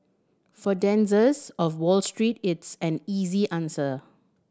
for denizens of Wall Street it's an easy answer